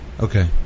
Okay